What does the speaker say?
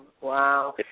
Wow